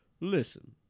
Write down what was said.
Listen